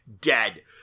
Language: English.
Dead